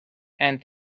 and